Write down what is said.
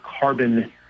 carbon